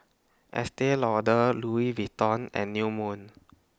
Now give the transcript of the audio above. Estee Lauder Louis Vuitton and New Moon